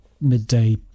midday